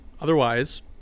Otherwise